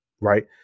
right